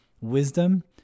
wisdom